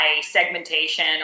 segmentation